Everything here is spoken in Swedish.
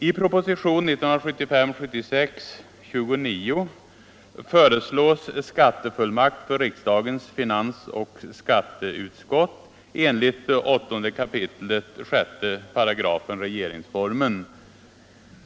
I propositionen 1975/76:29 föreslås skattefullmakt för riksdagens finansoch skatteutskott enligt 8 kap. 6 § regeringsformen.